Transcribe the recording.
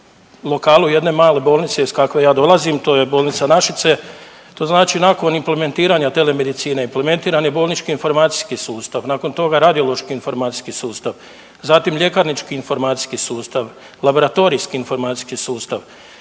lokalu jedne malne bolnice iz kakve ja dolazim, to je Bolnica Našice, to znači nakon implementiranja telemedicine implementirani je bolnički informacijski sustav, nakon toga radiološki informacijski sustav, zatim ljekarnički informacijski sustav, laboratorijski informacijski sustav,